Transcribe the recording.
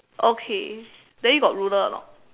okay then you got ruler or not